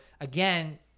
again